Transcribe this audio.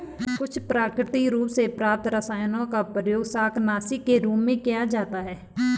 कुछ प्राकृतिक रूप से प्राप्त रसायनों का प्रयोग शाकनाशी के रूप में किया जाता है